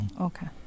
Okay